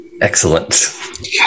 Excellent